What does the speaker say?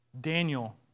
Daniel